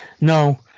No